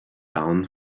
down